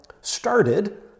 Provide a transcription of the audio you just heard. started